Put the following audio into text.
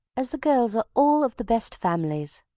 as the girls are all of the best families.